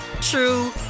true